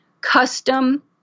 custom